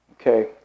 okay